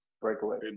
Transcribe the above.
Breakaway